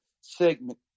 segment